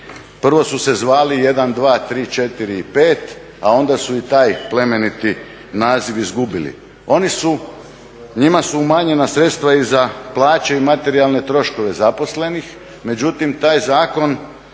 Prvo su se zvali jedan, dva, tri, četiri i pet, a onda su i taj plemeniti naziv izgubili. Oni su, njima su umanjena sredstva i za plaće i materijalne troškove zaposlenih. Međutim, taj zakon